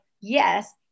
yes